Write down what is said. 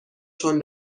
چون